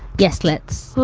yes. let's